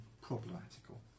problematical